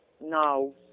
no